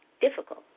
difficult